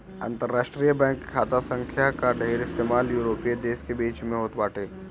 अंतरराष्ट्रीय बैंक खाता संख्या कअ ढेर इस्तेमाल यूरोपीय देस के बीच में होत बाटे